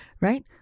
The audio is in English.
Right